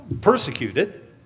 persecuted